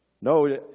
No